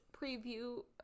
preview